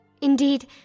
Indeed